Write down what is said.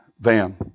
van